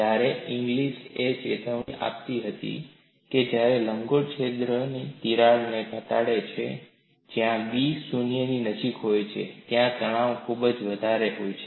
જ્યારે ઇંગલિસ એ ચેતવણી આપી હતી કે જ્યારે લંબગોળ છિદ્ર તિરાડને ઘટાડે છે જ્યાં b શુન્યની નજિક હોય છે ત્યા તણાવ ખૂબ વધારે હોય છે